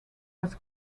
was